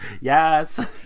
Yes